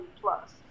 plus